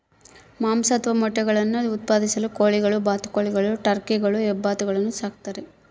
ಮಾಂಸ ಅಥವಾ ಮೊಟ್ಟೆಗುಳ್ನ ಉತ್ಪಾದಿಸಲು ಕೋಳಿಗಳು ಬಾತುಕೋಳಿಗಳು ಟರ್ಕಿಗಳು ಹೆಬ್ಬಾತುಗಳನ್ನು ಸಾಕ್ತಾರ